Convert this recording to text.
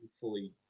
fully